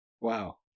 Wow